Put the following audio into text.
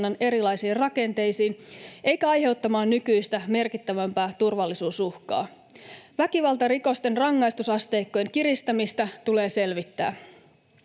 erilaisiin rakenteisiin eikä aiheuttamaan nykyistä merkittävämpää turvallisuusuhkaa. Väkivaltarikosten rangaistusasteikkojen kiristämistä tulee selvittää.